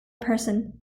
person